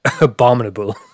abominable